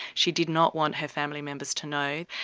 she did not want her family members to know.